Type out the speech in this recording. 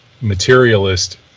materialist